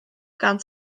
gan